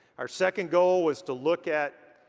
our second goal was to look at